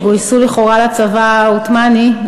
שגויסו לכאורה לצבא העות'מאני,